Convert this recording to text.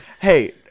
hey